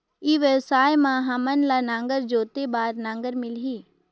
ई व्यवसाय मां हामन ला नागर जोते बार नागर मिलही?